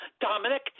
Dominic